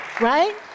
Right